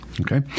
okay